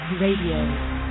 Radio